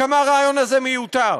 כמה הרעיון הזה מיותר.